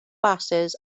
basys